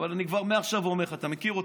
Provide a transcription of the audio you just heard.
אבל אני כבר מעכשיו אומר לך אתה מכיר אותי: